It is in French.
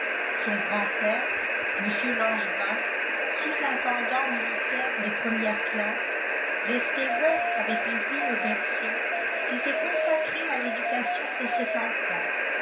son grand-père mr langevin sous intendant militaire de première classe resté veuf avec une fille au berceau s'était consacré à l'éducation de cette enfant